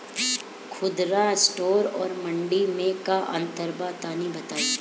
खुदरा स्टोर और मंडी में का अंतर बा तनी बताई?